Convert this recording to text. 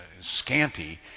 scanty